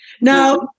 Now